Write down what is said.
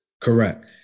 Correct